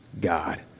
god